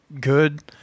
good